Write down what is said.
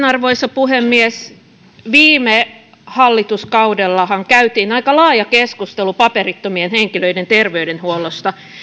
arvoisa puhemies viime hallituskaudellahan käytiin aika laaja keskustelu paperittomien henkilöiden terveydenhuollosta